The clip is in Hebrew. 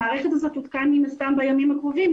המערכת הזאת תותקן מן הסתם בימים הקרובים,